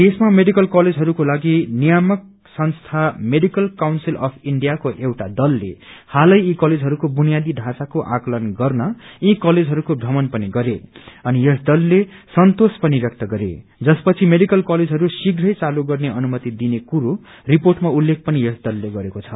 देशमा मेडिकल कलेजहरूकोलागि नियामक संस्था मेडिकल काउन्सील अफ इण्डियाको एउटा दलले हालै यी कलेजहरूको बुनियादी ढाँचाको आँकलन गर्न यी कलेजहरूको थ्रमण पनि गरे अनि यस दलले सन्तोष पनि ब्यक्त गरे जसपछि मेडिकल कलेजहरू शिव्रै चालू गर्ने अनुमति दिने कुरो रिपोटमा उल्लेख पनि यस दलले गरेको छ